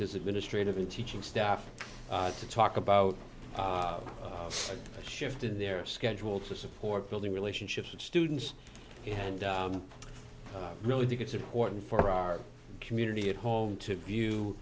his administrative and teaching staff to talk about shifted their schedule to support building relationships with students and really think it's important for our community at home to view